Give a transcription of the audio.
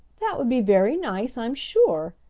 that would be very nice, i'm sure,